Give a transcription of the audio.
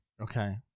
Okay